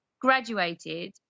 graduated